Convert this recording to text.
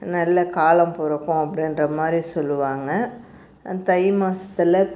நல்ல காலம் பிறக்கும் அப்படின்ற மாதிரி சொல்லுவாங்கள் தை மாசத்தில்